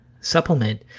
supplement